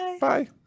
Bye